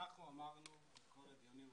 כשאנחנו אמרנו בכל הדיונים,